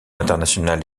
internationale